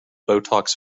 botox